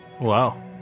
Wow